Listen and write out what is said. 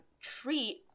treat